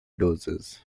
doses